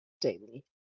daily